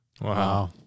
Wow